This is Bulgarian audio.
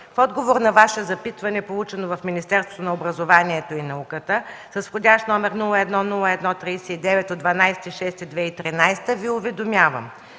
в отговор на Ваше запитване, получено в Министерството на образованието и науката, с вх. № 01-01-39 от 12 юни 2013 г., Ви уведомявам